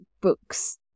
books